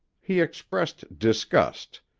he expressed disgust,